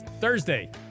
Thursday